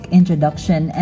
Introduction